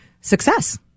success